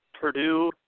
Purdue